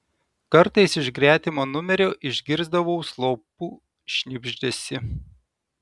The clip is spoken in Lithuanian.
kartais iš gretimo numerio išgirsdavau slopų šnibždesį